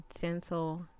gentle